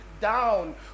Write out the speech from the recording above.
down